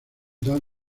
dan